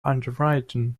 underwriting